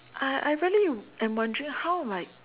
I I really am wondering how like